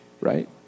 right